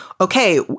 okay